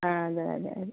ആ അതെ അതെ അതെ